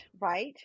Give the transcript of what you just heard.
right